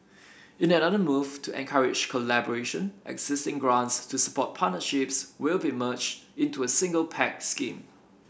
in another move to encourage collaboration existing grants to support partnerships will be merged into a single pact scheme